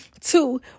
Two